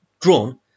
drawn